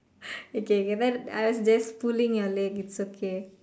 okay can I I was just pulling your leg it's okay